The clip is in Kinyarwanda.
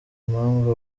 impamvu